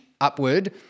upward